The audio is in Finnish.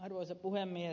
arvoisa puhemies